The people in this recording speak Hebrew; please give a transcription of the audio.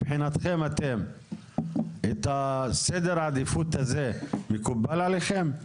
מבחינתכם סדר העדיפות הזה מקובל עליכם?